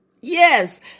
Yes